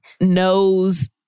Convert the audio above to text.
knows